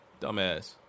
dumbass